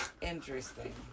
Interesting